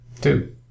two